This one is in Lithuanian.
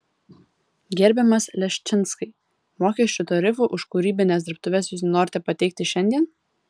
gerbiamas leščinskai mokesčių tarifų už kūrybines dirbtuves jūs nenorite pateikti šiandien